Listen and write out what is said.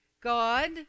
God